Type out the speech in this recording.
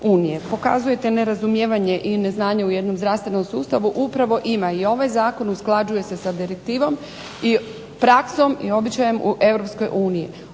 Pokazujete nerazumijevanje i neznanje u jednom zdravstvenom sustavu. Upravo ima i ovaj zakon usklađuje se sa direktivom i praksom i običajem u